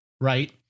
Right